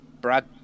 Brad